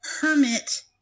Hermit